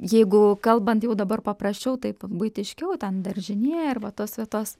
jeigu kalbant jau dabar paprasčiau taip buitiškiau ten daržinė arba va tos vietos